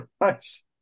nice